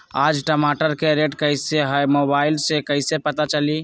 आज टमाटर के रेट कईसे हैं मोबाईल से कईसे पता चली?